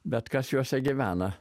bet kas juose gyvena